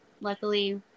luckily